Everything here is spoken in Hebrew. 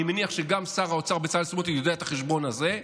אני מניח שגם שר האוצר בצלאל סמוטריץ' יודע את החשבון הזה.